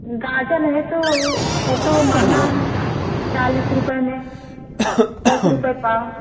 गाजर है तो वह तो महंगा है चालीस रुपये में दस रुपये पाव